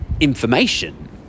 information